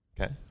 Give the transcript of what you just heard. Okay